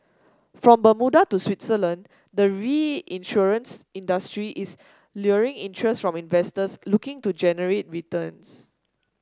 from Bermuda to Switzerland the reinsurance industry is luring interest from investors looking to generate returns